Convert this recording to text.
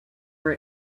were